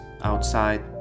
outside